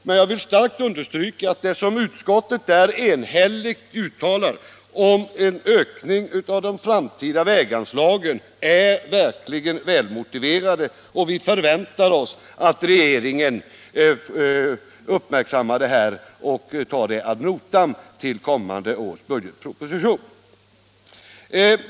Men jag vill starkt understryka att det som utskottet där enhälligt uttalar om en ökning av de framtida väganslagen verkligen är välmotiverat, och vi förväntar oss att regeringen uppmärksammar detta och tar det ad notam till kommande års budgetproposition.